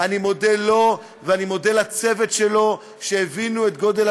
בוודאי לא לאפשר כניסה למדינת